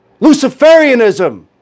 Luciferianism